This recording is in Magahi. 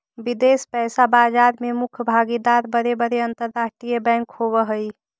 विदेश पइसा बाजार में मुख्य भागीदार बड़े बड़े अंतरराष्ट्रीय बैंक होवऽ हई